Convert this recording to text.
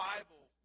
Bible